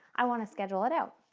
i want to schedule it out.